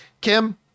Kim